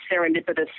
serendipitous